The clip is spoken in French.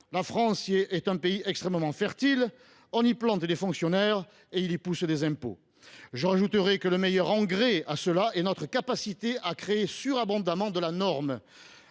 La France est un pays extrêmement fertile : on y plante des fonctionnaires et il y pousse des impôts. » J’ajouterai que le meilleur engrais est notre capacité à créer surabondamment de la norme